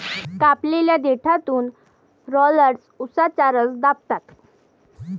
कापलेल्या देठातून रोलर्स उसाचा रस दाबतात